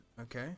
okay